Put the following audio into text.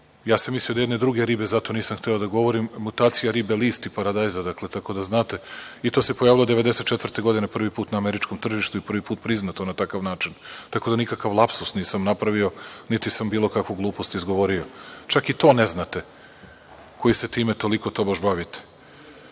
list. Mislio sam jedne druge ribe i zato nisam hteo da govorim. Mutacija ribe list i paradajza i to se pojavilo 1994. godine prvi put na američkom tržištu i prvi put priznato na takav način. Nikakav lapsus nisam napravio, niti sam bilo kakvu glupost izgovorio. Čak ni to ne znate koji se time toliko tobož